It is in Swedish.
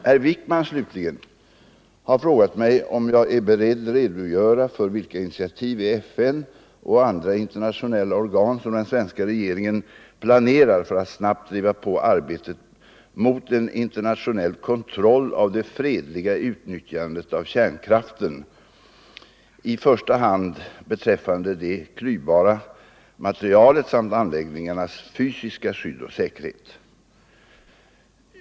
Herr Wijkman, slutligen, har frågat mig om jag är beredd redogöra för vilka initiativ i FN och andra internationella organ som den svenska regeringen planerar för att snabbt driva på arbetet mot en internationell kontroll av det fredliga utnyttjandet av kärnkraften, i första hand beträffande det klyvbara materialet samt anläggningarnas fysiska skydd och säkerhet.